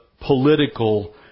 political